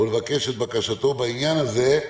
ולבקש את בקשתו בעניין הזה.